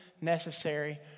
necessary